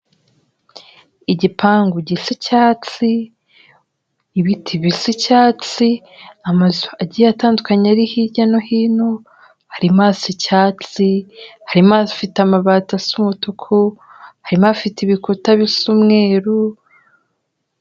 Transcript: Igipangu gisa icyatsi, ibiti bisa icyatsi, amazu agiye atandukanye ari hirya no hino, harimo asa icyatsi, harimo afite amabati asa umutuku, harimo afite ibikuta bisa umweru.